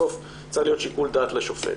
בסוף צריך להיות שיקול דעת לשופט